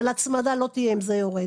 אבל הצמדה לא תהיה אם זה יורד,